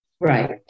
Right